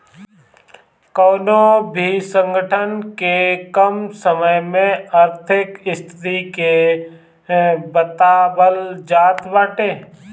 कवनो भी संगठन के कम समय में आर्थिक स्थिति के बतावल जात बाटे